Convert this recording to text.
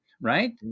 right